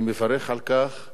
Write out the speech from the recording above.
אני מברך על כך.